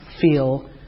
feel